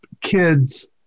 kids